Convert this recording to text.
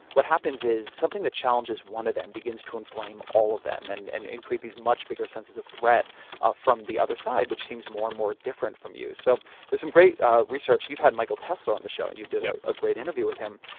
what happens is something that challenges one of them begins to inflame all of them and and and create these much bigger senses of threat ah from the other side, which seems more and more different from you. so there's some great research. you've had michael tesler on the show and you did a great interview with him.